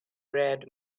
read